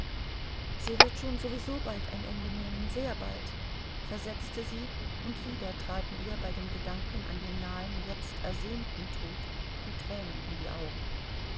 sie wird schon sowieso bald ein ende nehmen sehr bald versetzte sie und wieder traten ihr bei dem gedanken an den nahen jetzt ersehnten tod die tränen in die augen